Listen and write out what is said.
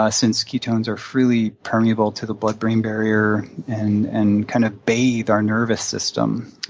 ah since ketones are freely permeable to the blood-brain barrier and and kind of bathe our nervous system.